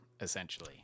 essentially